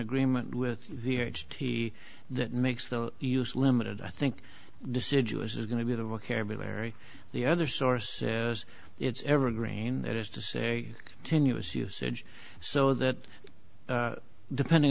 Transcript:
agreement with the h t that makes the use limited i think deciduous is going to be the vocabulary the other source it's evergreen that is to say tenuous usage so that depending